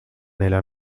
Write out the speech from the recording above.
nella